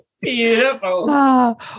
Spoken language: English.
Beautiful